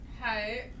Hi